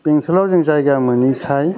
बेंटलाव जों जायगा मोनैखाय